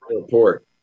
report